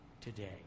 today